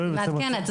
מעדכנת,